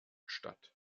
statt